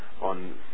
on